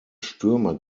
stürmer